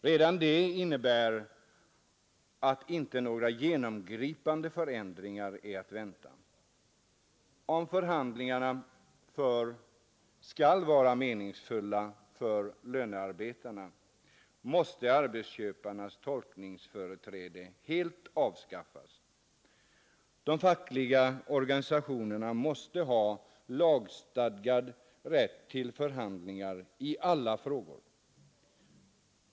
Redan det innebär att inte några genomgripande förändringar är att vänta. Om förhandlingarna skall vara meningsfulla för lönearbetarna måste arbetsköparnas tolkningsföre träde helt avskaffas. De fackliga organisationerna måste ha lagstadgad rätt att förhandla i alla frågor.